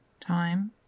time